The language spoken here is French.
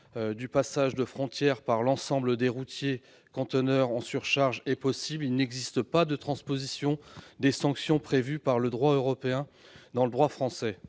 du passage de frontière par des ensembles routiers transportant des conteneurs en surcharge est possible, il n'existe pas de transposition des sanctions prévues par le droit européen dans le droit français.